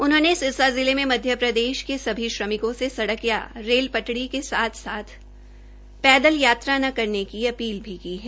उन्होंने सिरसा जिले में मध्य प्रदेश के सभी श्रमिकों में सड़क या रेल पटड़ी के साथ पैदल न करने की अपील की है